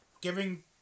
giving